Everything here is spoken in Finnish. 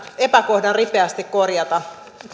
epäkohdan ripeästi korjata